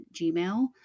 gmail